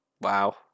Wow